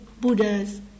Buddhas